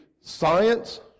science